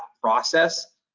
process